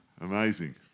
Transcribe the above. Amazing